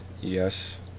Yes